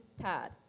Todd